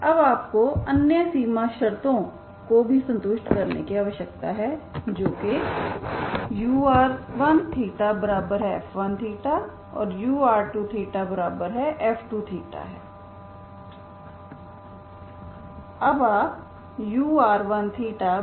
अब आपको अन्य सीमा शर्तों को भी संतुष्ट करने की आवश्यकता है जो कि ur1θf1θ और ur2θf2θ हैं